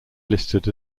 listed